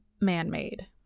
man-made